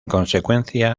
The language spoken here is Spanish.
consecuencia